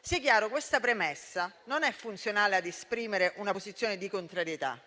Sia chiaro che questa premessa non è funzionale ad esprimere una posizione di contrarietà,